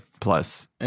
plus